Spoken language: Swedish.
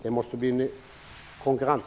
Det handlar om konkurrens.